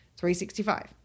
365